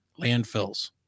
landfills